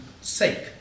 sake